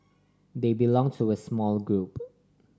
they belong to a small group